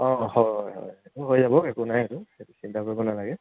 অঁ হয় হয় সেইটো হৈ যাব একো নাই এইটো সেইটো চিন্তা কৰিব নালাগে